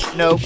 no